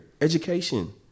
education